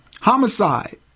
homicide